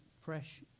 fresh